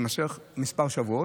והוא יימשך כמה שבועות.